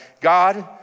God